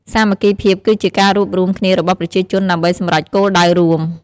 សាមគ្គីភាពគឺជា ការរួបរួមគ្នារបស់ប្រជាជនដើម្បីសម្រេចគោលដៅរួម។